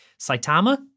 Saitama